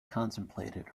contemplated